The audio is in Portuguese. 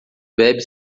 bebe